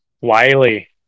Wiley